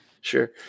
Sure